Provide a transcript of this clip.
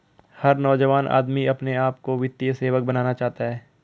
हर नौजवान आदमी अपने आप को वित्तीय सेवक बनाना चाहता है